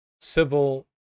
civil